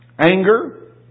Anger